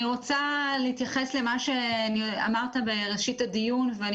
אני רוצה להתייחס למה שאמרת בראשית הדיון ואני